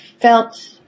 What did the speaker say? felt